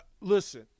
Listen